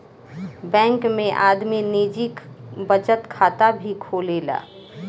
bank में आदमी निजी बचत खाता भी खोलेला